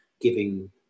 giving